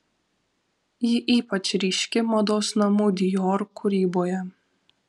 ji ypač ryški mados namų dior kūryboje